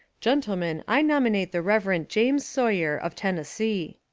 gentlemen, i nominate the reverend jas. sawyer, of tennessee.